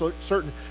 certain